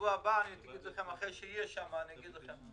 בשבוע הבא, אחרי שאהיה שם, אגיד לכם.